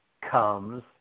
comes